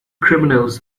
criminals